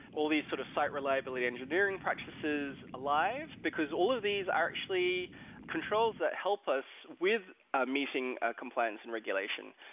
all these sort of site reliability engineering practices alive, because all of these are actually controls that help us with ah meeting compliance and regulation,